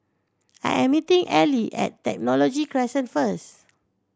I am meeting Ally at Technology Crescent first